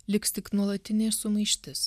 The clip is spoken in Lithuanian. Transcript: liks tik nuolatinė sumaištis